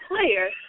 player